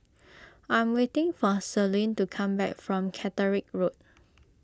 I'm waiting for Celine to come back from Caterick Road